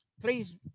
please